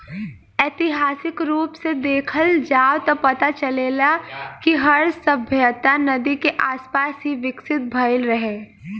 ऐतिहासिक रूप से देखल जाव त पता चलेला कि हर सभ्यता नदी के आसपास ही विकसित भईल रहे